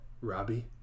Robbie